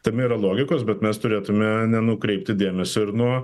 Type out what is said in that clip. tame yra logikos bet mes turėtume nenukreipti dėmesio ir nuo